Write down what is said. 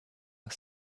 are